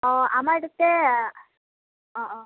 অঁ আমাৰ তাতে অঁ অঁ